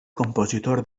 compositor